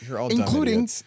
including